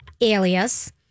Alias